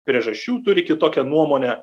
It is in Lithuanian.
priežasčių turi kitokią nuomonę